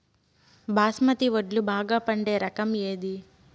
బాస్మతి వడ్లు బాగా పండే రకం ఏది